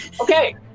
Okay